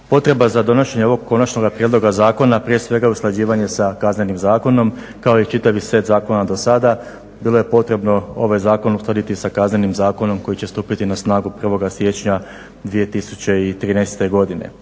Potreba za donošenje ovog Konačnog prijedloga zakona prije svega je usklađivanje sa Kaznenim zakonom kao i čitavi set zakona do sada. Bilo je potrebno ovaj Zakon uskladiti sa Kaznenim zakonom koji će stupiti na snagu 1. siječnja 2013. godine.